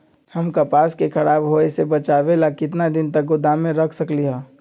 हम कपास के खराब होए से बचाबे ला कितना दिन तक गोदाम में रख सकली ह?